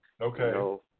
Okay